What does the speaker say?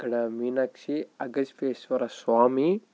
ఇక్కడ మీనాక్షి అగస్వేశ్వర స్వామి